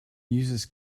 uses